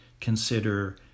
consider